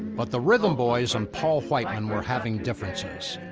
but the rhythm boys and paul whiteman were having differences.